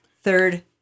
third